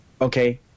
okay